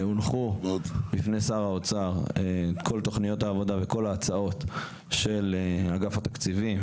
הונחו בפני שר האוצר כל תוכניות העבודה וכל ההצעות של אגף התקציבים